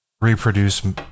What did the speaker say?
Reproduce